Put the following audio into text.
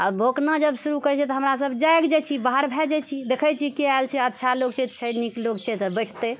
आ भौंकना जब शुरु करि देइ छै तऽ हमरा सभ जागि जाइ छि बाहर भए जाइ छी देखै छी केँ आएल छै अच्छा लोक छै निक लोक छै तऽ बैठते